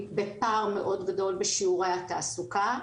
בפער מאוד גדול בשיעורי התעסוקה.